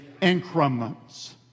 increments